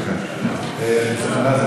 בזמנה.